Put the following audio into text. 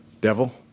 Devil